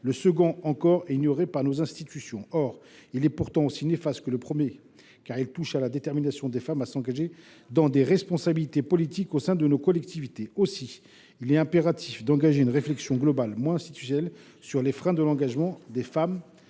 le second est encore ignoré par nos institutions. Pourtant, il est aussi néfaste que le premier, car il affecte la détermination des femmes à endosser des responsabilités politiques au sein de nos collectivités. Aussi est il impératif d’engager une réflexion globale et moins institutionnelle sur les freins à l’engagement des femmes,